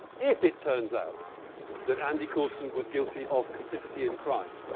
if it turns out that andy coulson was guilty of complicity in crime,